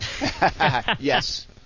Yes